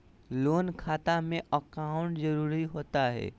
Loan खाते में account जरूरी होता है?